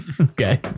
okay